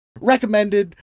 recommended